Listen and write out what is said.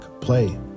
play